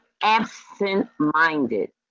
absent-minded